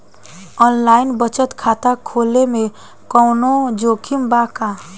Online बचत खाता खोले में कवनो जोखिम बा का?